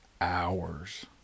hours